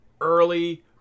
early